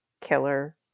killer